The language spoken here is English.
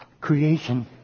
creation